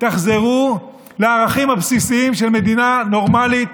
תחזרו לערכים הבסיסיים של מדינה נורמלית,